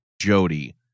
Jody